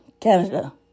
Canada